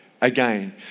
again